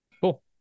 cool